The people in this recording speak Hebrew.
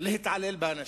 להתעלל באנשים?